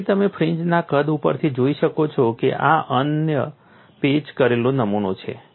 તેથી તમે ફ્રિન્જના કદ ઉપરથી જોઈ શકો છો કે આ અનપેચ કરેલો નમૂનો છે